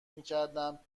میکردم